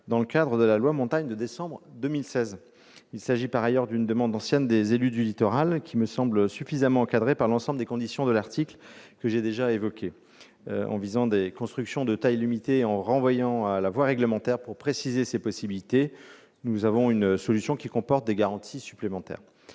dans le cadre de la loi Montagne de décembre 2016. Il s'agit par ailleurs d'une demande ancienne des élus du littoral ; elle me semble suffisamment encadrée par l'ensemble des conditions de l'article que j'ai déjà évoquées. En visant des constructions de taille limitée et en renvoyant à la voie réglementaire pour préciser ces possibilités, nous avons une solution qui comporte des garanties supplémentaires.